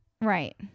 right